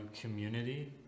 community